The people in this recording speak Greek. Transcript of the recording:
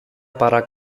παρά